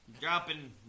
dropping